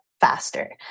faster